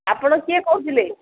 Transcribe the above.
ଆପଣ କିଏ କହୁଥିଲେ